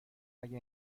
اگه